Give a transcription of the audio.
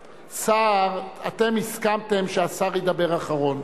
אתם הסכמתם שהשר ידבר אחרון,